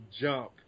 jump